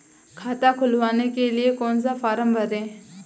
खाता खुलवाने के लिए कौन सा फॉर्म भरें?